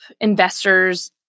investors